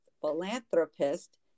philanthropist